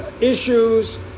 issues